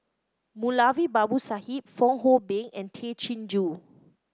Moulavi Babu Sahib Fong Hoe Beng and Tay Chin Joo